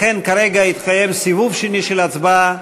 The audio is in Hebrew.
לכן כרגע יתקיים סיבוב שני של הצבעה,